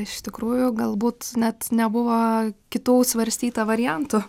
iš tikrųjų galbūt net nebuvo kitų svarstyta variantų